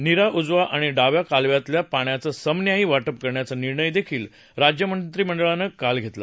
निरा उजवा आणि डाव्या कालव्यातल्या पाण्याचं समन्यायी वाटप करण्याचा निर्णयही राज्यमंत्रिमंडळानं काल घेतला